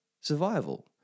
survival